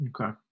Okay